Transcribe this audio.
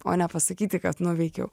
o nepasakyti kad nuveikiau